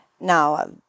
Now